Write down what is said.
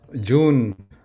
June